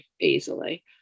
easily